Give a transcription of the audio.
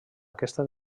aquesta